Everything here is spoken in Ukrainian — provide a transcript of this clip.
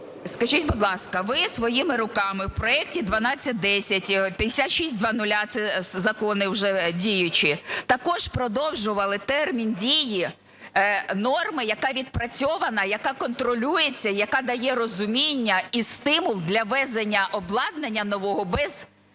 Скажіть, будь ласка, ви своїми руками в проекті 1210, 5600, це закони вже діючі, також продовжували термін дії норми, яка відпрацьована, яка контролюється, яка дає розуміння і стимул для ввезення обладнання нового без сплати